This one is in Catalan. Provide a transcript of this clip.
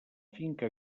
finca